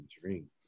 dream